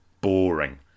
boring